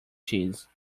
cheese